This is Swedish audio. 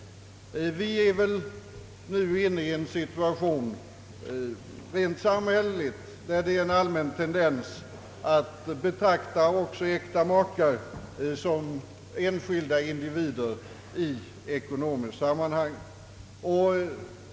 Vi är väl nu inne i en situation, rent samhälleligt, där det är en allmän tendens att betrakta också äkta makar som enskilda individer i ekonomiska sammanhang.